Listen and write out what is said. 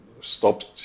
stopped